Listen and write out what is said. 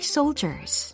Soldiers